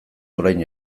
orain